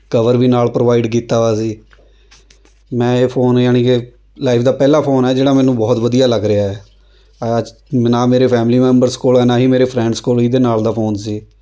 cover ਵੀ ਨਾਲ provide ਕੀਤਾ ਹੋਇਆ ਸੀ ਮੈਂ ਇਹ ਫ਼ੋਨ ਯਾਨੀ ਕਿ ਲਾਈਫ਼ ਦਾ ਪਹਿਲਾ ਫ਼ੋਨ ਆ ਜਿਹੜਾ ਮੈਨੂੰ ਬਹੁਤ ਵਧੀਆ ਲੱਗ ਰਿਹਾ ਹੈ ਆਜ ਨਾ ਮੇਰੇ ਫੈਮਲੀ ਮੈਂਬਰਸ ਕੋਲ ਹੈ ਨਾ ਹੀ ਮੇਰੇ ਫਰੈਂਡਸ ਕੋਲ ਇਹਦੇ ਨਾਲ ਦਾ ਫ਼ੋਨ ਸੀ